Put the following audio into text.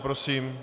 Prosím.